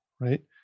right